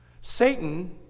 Satan